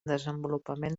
desenvolupament